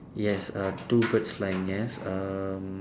yes uh two birds flying yes um